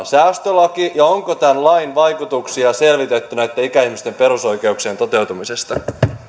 säästölaki ja onko selvitetty tämän lain vaikutuksia ikäihmisten perusoikeuksien toteutumiseen